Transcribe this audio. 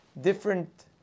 different